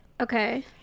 Okay